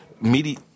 media